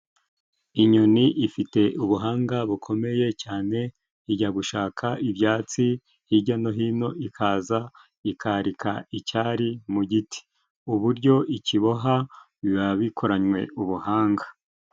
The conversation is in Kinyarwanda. Inyoni ifite ubuhanga bukomeye cyane. Ijya gushaka ibyatsi hirya no hino ikaza ikarika icyari mu giti. Uburyo ikiboha biba bikoranywe ubuhanga.